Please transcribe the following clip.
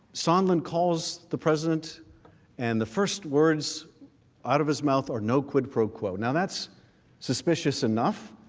someone calls the president and the first words out of his mouth or no quid pro quo now that's suspicious enough